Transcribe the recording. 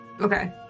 Okay